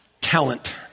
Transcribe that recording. Talent